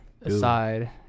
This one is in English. aside